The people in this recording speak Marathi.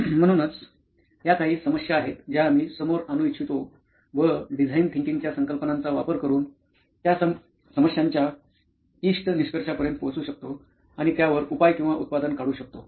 म्हणूनच ह्या काही समस्या आहेत ज्या आम्ही समोर आणू इच्छितो व डिझाईन थिंकिंगच्या संकल्पनांचा वापर करून त्या समस्यांच्या इष्ट निष्कर्षापर्यंत पोहोचू शकतो आणि त्यावर उपाय किंवा उत्पादन काढू शकतो